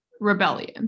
rebellion